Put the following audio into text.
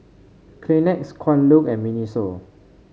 Kleenex Kwan Loong and Miniso